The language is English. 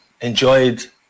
enjoyed